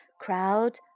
crowd